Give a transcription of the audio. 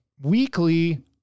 weekly